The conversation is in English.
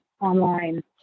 online